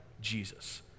Jesus